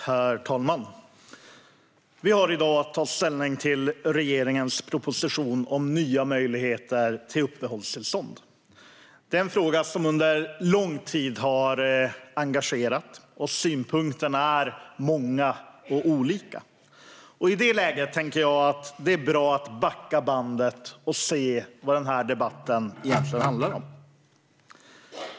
Herr talman! Vi ska i dag debattera regeringens proposition om ny möjlighet till uppehållstillstånd. Det är en fråga som har engagerat under lång tid, och synpunkterna är många och olika. I det läget tänker jag att det är bra att backa bandet och titta på vad den här debatten egentligen handlar om.